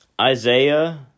Isaiah